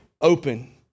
open